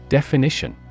Definition